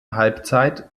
halbzeit